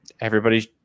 everybody's